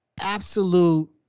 absolute